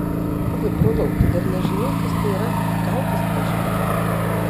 oi brolau tu dar nežinai kas tai yra kautis požemyje